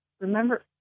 Remember